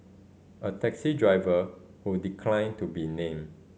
a taxi driver who declined to be named